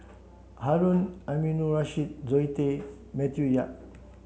Harun Aminurrashid Zoe Tay Matthew Yap